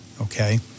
okay